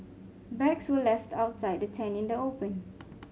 bags were left outside the tent in the open